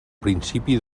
principi